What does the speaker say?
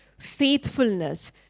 faithfulness